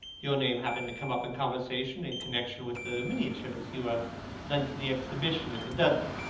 your name happened to come up in conversation, in connection with the miniatures you have lent to the exhibition at the dudley.